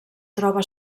troba